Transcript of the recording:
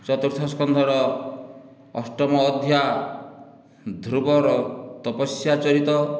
ଚତୁର୍ଥ ସ୍କନ୍ଧର ଅଷ୍ଟମ ଅଧ୍ୟାୟ ଧ୍ରୁବର ତପସ୍ୟା ଚରିତ